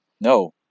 no